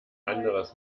anderes